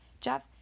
Jeff